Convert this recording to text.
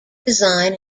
design